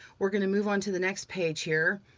we're gonna move on to the next page here.